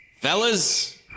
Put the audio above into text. Fellas